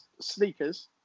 Sneakers